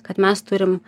kad mes turim